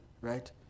right